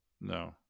No